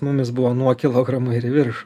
mumis buvo nuo kilogramo irį viršų